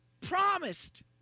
promised